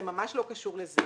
זה ממש לא קשור לזה.